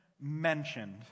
mentioned